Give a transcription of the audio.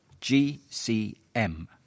GCM